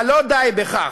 אבל לא די בכך.